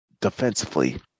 defensively